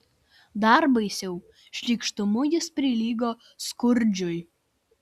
dar baisiau šykštumu jis prilygo skrudžui